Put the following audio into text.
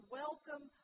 welcome